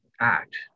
act